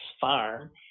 farm